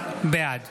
בעד